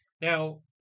Now